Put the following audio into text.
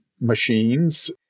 machines